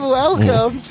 welcome